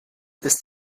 ist